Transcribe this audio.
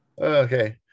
Okay